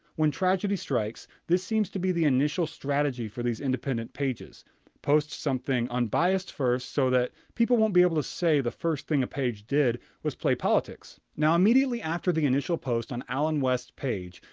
when tragedy strikes, this seems to be the initial strategy for these independent pages post something unbiased first so that people won't be able to say that the first thing a page did was play politics. now immediately after the initial post on allen west's page,